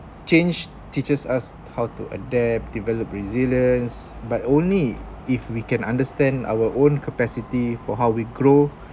change teaches us how to adapt develop resilience but only if we can understand our own capacity for how we grow